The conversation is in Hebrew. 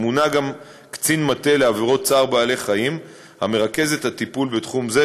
ומונה קצין מטה לעבירות צער בעלי-חיים המרכז את הטיפול בתחום זה,